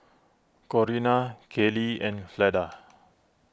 Corina Kayleigh and Fleda